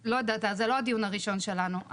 זה לא הדיון הראשון שלנו.